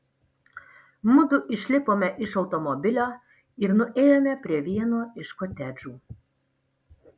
mudu išlipome iš automobilio ir nuėjome prie vieno iš kotedžų